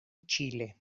chile